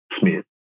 Smith